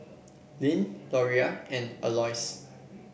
Lyn Loria and Aloys